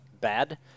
bad